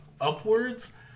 upwards